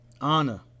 honor